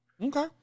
Okay